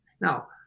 Now